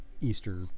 Easter